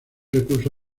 recurso